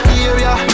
area